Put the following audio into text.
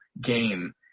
game